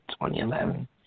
2011